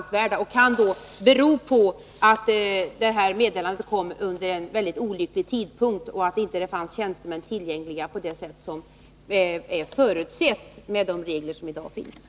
Det skulle då kunna bero på att detta meddelande kom vid en mycket olycklig tidpunkt och att det inte fanns tjänstemän tillgängliga på det sätt som är förutsett med de regler som i dag gäller.